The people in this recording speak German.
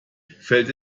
fällt